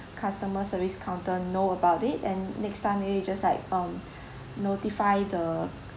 customer service counter know about it and next time maybe you just like um notify the